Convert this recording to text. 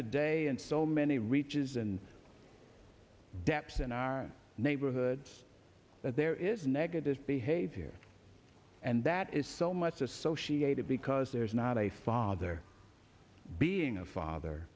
today and so many reaches and depths in our neighborhoods that there is negative behavior and that is so much associated because there is not a father being a father